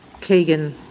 Kagan